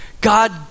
God